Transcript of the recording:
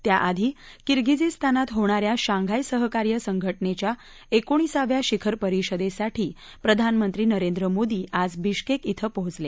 त्याआधी किर्गिझीस्तानात होणाऱ्या शांघाय सहकार्य संघटनेच्या एकोणीसाव्या शिखर परिषदेसाठी प्रधानमंत्री नरेंद्र मोदी आज बिश्केक श्वें पोचले